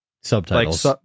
subtitles